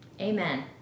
Amen